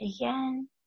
again